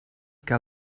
que